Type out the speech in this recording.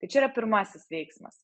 tai čia yra pirmasis veiksmas